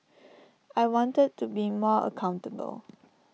I wanted to be more accountable